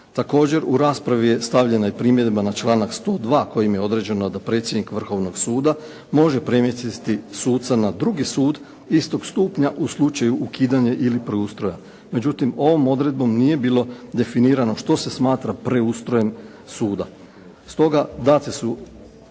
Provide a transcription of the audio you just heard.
Također u raspravi je stavljena i primjedba na članak 102. kojim je određeno da predsjednik Vrhovnog suda može premjestiti suca na drugi sud istog stupnja isto u slučaju ukidanja ili preustroja. Međutim, ovom odredbom nije bilo definirano što se smatra preustrojem suda.